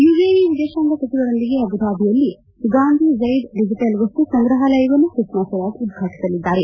UAE ವಿದೇಶಾಂಗ ಸಚಿವರೊಂದಿಗೆ ಅಬುದಾಬಿಯಲ್ಲಿ ಗಾಂಧಿ ಜಯೀದ್ ಡಿಜಿಟಲ್ ವಸ್ತು ಸಂಗ್ರಹಾಲಯವನ್ನು ಸುಷಾಸ್ವರಾಜ್ ಉದ್ಘಾಟಿಸದ್ದಾರೆ